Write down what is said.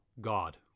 God